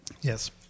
Yes